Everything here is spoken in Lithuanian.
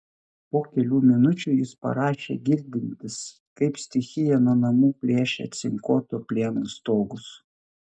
po kelių minučių jis parašė girdintis kaip stichija nuo namų plėšia cinkuoto plieno stogus